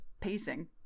pacing